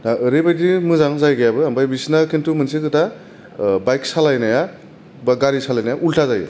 दा ओरैबायदि मोजां जायगायाबो आमफाय बिसिना खिन्थु मोनसे खोथा बाइक सालायनाया बा गारि सालायनाया उल्था जायो